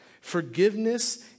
Forgiveness